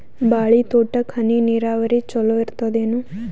ಬಾಳಿ ತೋಟಕ್ಕ ಹನಿ ನೀರಾವರಿ ಚಲೋ ಇರತದೇನು?